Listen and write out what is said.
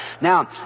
Now